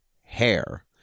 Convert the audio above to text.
hair